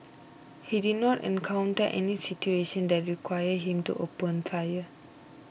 he did not encounter any situation that required him to open fire